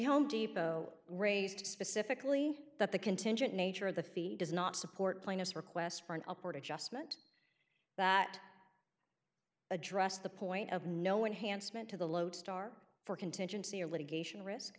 home depot raised specifically that the contingent nature of the fee does not support plaintiffs request for an upward adjustment that address the point of no enhanced meant to the lodestar for contingency or litigation risk